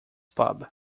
pub